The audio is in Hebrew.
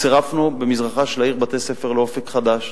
צירפנו במזרחה של העיר בתי-ספר ל"אופק חדש",